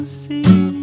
see